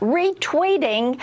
retweeting